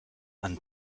and